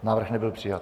Návrh nebyl přijat.